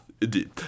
Indeed